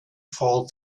fall